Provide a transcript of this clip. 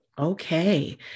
okay